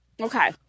okay